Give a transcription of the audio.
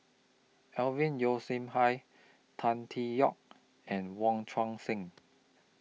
Alvin Yeo Khirn Hai Tan Tee Yoke and Wong Tuang Seng